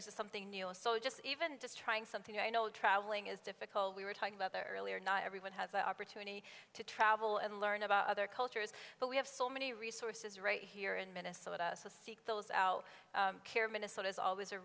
a something just even just trying something you know traveling is difficult we were talking about there earlier not everyone has the opportunity to travel and learn about other cultures but we have so many resources right here in minnesota to seek those out care minnesota is always a